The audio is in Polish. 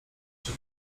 się